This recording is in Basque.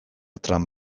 trump